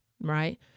Right